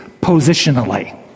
positionally